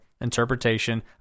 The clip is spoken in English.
interpretation